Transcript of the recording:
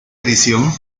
edición